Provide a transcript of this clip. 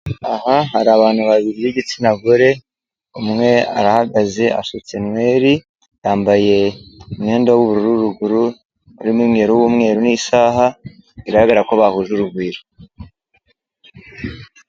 Aha hari abantu babiri b'igitsina gore, umwe arahagaze asutse inweri, yambaye umwenda w'ubururu ruguru urimo umweru w'umweru n'isaha, bigaragara ko bahuje urugwiro.